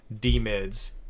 D-mids